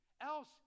else